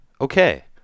okay